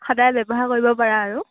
সদায় ব্যৱহাৰ কৰিব পাৰা আৰু